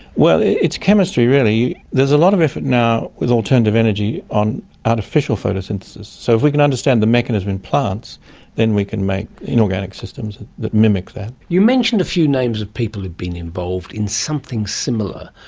well, it's chemistry really. there's a lot of effort now with alternative energy on artificial photosynthesis. so if we can understand the mechanism in plants then we can make inorganic systems that mimic that. you mentioned a few names of people who have been involved in something similar,